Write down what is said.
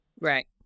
right